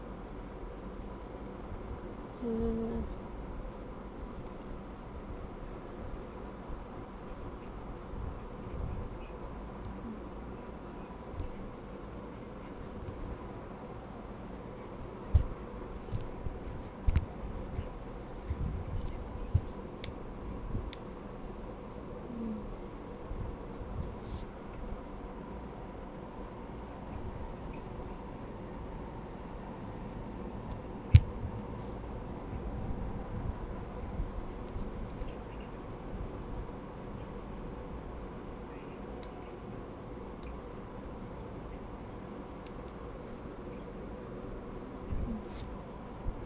mm mm